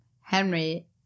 henry